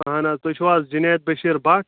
اہَن حظ تُہۍ چھُو حظ جُنید بشیٖر بٹ